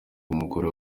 umugore